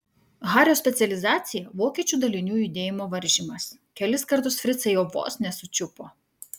hario specializacija vokiečių dalinių judėjimo varžymas kelis kartus fricai jo vos nesučiupo